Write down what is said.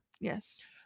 Yes